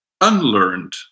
unlearned